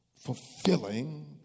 fulfilling